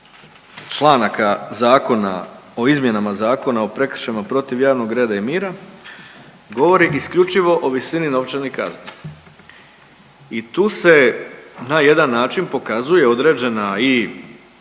članaka Zakona o izmjenama Zakona o prekršajima protiv javnog reda i mira govori isključivo o visini novčanih kazni i tu se na jedan način pokazuje određena i